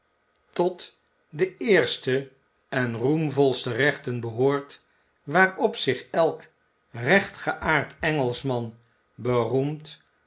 tot de eerste en roemvolste rechten behoort waarop zich elk rechtgeaard engelschman beroemt